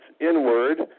inward